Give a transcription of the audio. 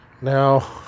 Now